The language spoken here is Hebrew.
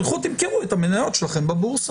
תלכו תמכרו את המניות שלכם בבורסה.